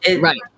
Right